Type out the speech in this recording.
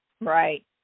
Right